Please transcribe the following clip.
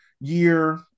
year